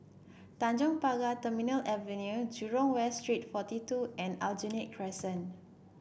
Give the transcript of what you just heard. Tanjong Pagar Terminal Avenue Jurong West Street forty two and Aljunied Crescent